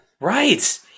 Right